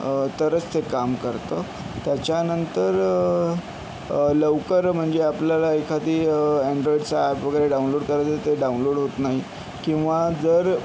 तरच ते काम करतं त्याच्यानंतर लवकर म्हणजे आपल्याला एखादी अँन्ड्रॉईडचा ॲप वगैरे डाउनलोड करायचा ते डाउनलोड होत नाही किंवा जर